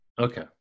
okay